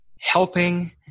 helping